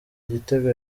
igitego